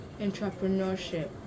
entrepreneurship